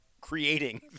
creating